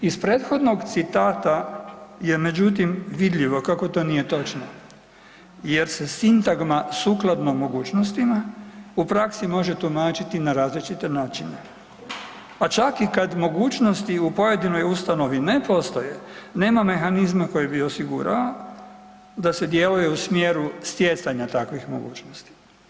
Iz prethodnog citata je međutim vidljivo kako to nije točno jer se sintagma sukladno mogućnostima u praksi može tumačiti na različite načine, pa čak i kad mogućnosti u pojedinoj ustanovi ne postoje nema mehanizma koji bi osigurao da se djeluje u smjeru stjecanja takvih mogućnosti.